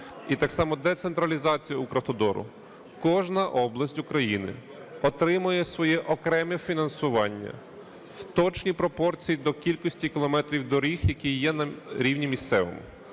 і так само децентралізації "Укравтодору", кожна область України отримує своє окреме фінансування в точній пропорції до кількості кілометрів доріг, які є на рівні місцевому.